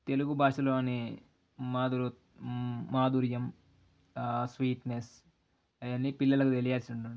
తెలుగు భాషలో అనే మాధురు మాధుర్యం స్వీట్నెస్ అవన్నీ పిల్లలకు తెలియాల్సి ఉన్నాయి